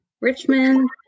Richmond